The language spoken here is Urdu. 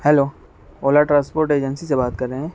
ہلو اولا ٹرانسپورٹ ایجنسی سے بات کر رہے ہیں